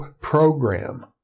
program